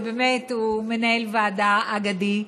שהוא באמת מנהל ועדה אגדי,